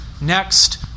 next